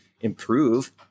improve